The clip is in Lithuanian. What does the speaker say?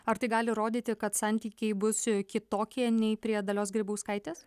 ar tai gali rodyti kad santykiai bus kitokie nei prie dalios grybauskaitės